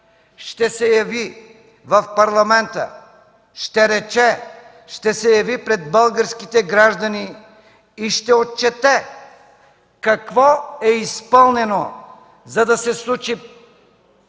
ще се яви в парламента, ще рече ще се яви пред българските граждани и ще отчете какво е изпълнено, за да се случи